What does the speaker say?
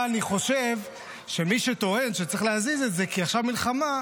אבל אני חושב שמי שטוען שצריך להזיז את זה כי עכשיו מלחמה,